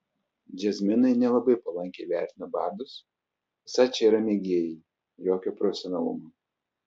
džiazmenai nelabai palankiai vertina bardus esą čia yra mėgėjai jokio profesionalumo